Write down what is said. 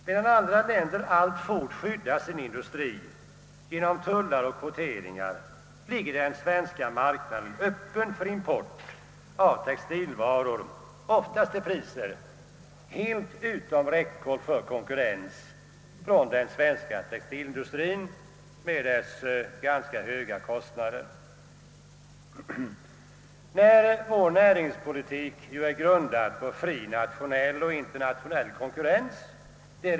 Medan andra länder alltfort skyddar sin industri genom tullar och kvoteringar ligger den svenska marknaden öppen för import av textilvaror, oftast till priser som är helt utom räckhåll för konkurrens från den svenska textilindustrien med dess ganska höga kostnader. Vår näringspolitik är grundad på fri nationell och internationell konkurrens.